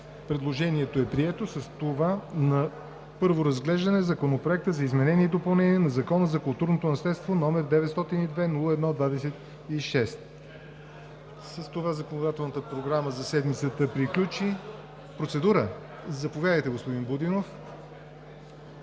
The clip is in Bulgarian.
Предложението е прието, а с това на първо разглеждане Законопроект за изменение и допълнение на Закона за културното наследство, № 902-01-26. С това законодателната програма за седмицата приключи. (Шум и реплики.) Процедура? Заповядайте, господин Будинов,